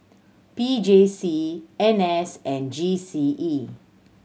P J C N S and G C E